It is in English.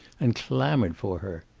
and clamored for her.